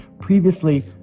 previously